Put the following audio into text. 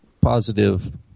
positive